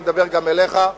אני מדבר גם אליך,